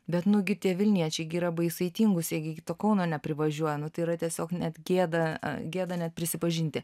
bet nu gi tie vilniečiai gi yra baisiai tingūs jie gi iki to kauno neprivažiuoja nu tai yra tiesiog net gėda gėda net prisipažinti